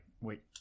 Wait